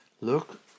Look